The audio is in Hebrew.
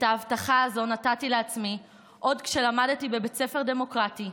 את ההבטחה הזאת נתתי לעצמי עוד כשלמדתי בבית ספר דמוקרטי,